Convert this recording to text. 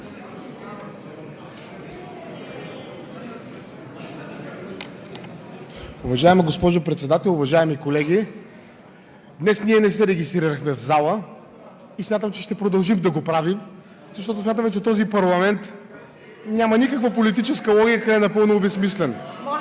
Уважаема госпожо Председател, уважаеми колеги! Днес ние не се регистрирахме в зала и смятам, че ще продължим да го правим, защото смятаме, че този парламент няма никаква политическа логика и е напълно обезсмислен.